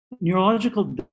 neurological